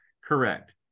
correct